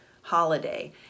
holiday